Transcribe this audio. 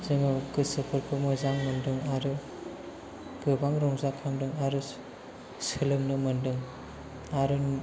जोङो गोसोफोरखौ मोजां मोनदों आरो गोबां रंजाखांदों आरो सोलोंनो मोनदों आरो